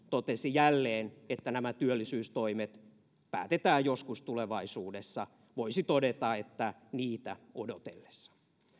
totesi jälleen että nämä työllisyystoimet päätetään joskus tulevaisuudessa voisi todeta että niitä odotellessa